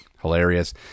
Hilarious